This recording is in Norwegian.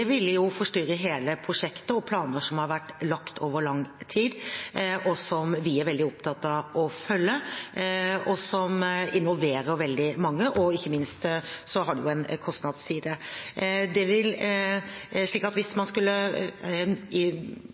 ville jo forstyrre hele prosjektet og de planene som har vært lagt over lang tid, og som vi er veldig opptatt av å følge, og som involverer veldig mange – og ikke minst har det en kostnadsside. Så hvis man skulle legge en syvende base inn i